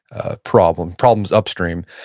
ah problems problems upstream.